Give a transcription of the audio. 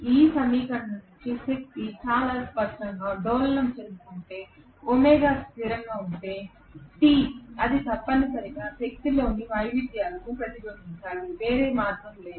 ఈ సమీకరణం నుండి శక్తి చాలా స్పష్టంగా డోలనం చెందుతుంటే ఒమేగా స్థిరంగా ఉంటే టీ తప్పనిసరిగా శక్తిలోని వైవిధ్యాలను ప్రతిబింబించాలి వేరే మార్గం లేదు